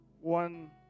one